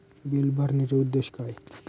Bill भरण्याचे उद्देश काय?